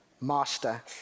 master